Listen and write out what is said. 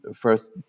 First